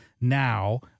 now